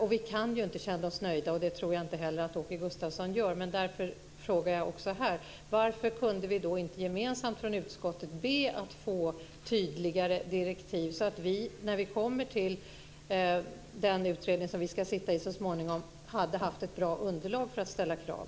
Vi kan inte känna oss nöjda, och det tror jag inte heller att Åke Gustavsson gör. Därför frågar jag också här: Varför kunde vi inte gemensamt i utskottet be att få tydligare direktiv så att vi, när vi kommer till den utredning som vi ska sitta i så småningom, hade haft ett bra underlag för att ställa krav?